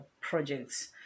projects